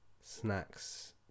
snacks